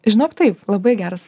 žinok taip labai geras